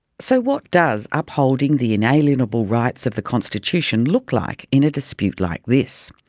so what does upholding the inalienable rights of the constitution look like in a dispute like this?